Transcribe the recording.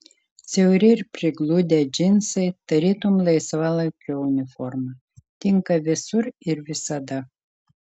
siauri ir prigludę džinsai tarytum laisvalaikio uniforma tinka visur ir visada